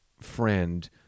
friend